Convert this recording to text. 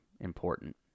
important